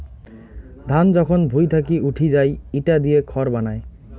ধান যখন ভুঁই থাকি উঠি যাই ইটা দিয়ে খড় বানায়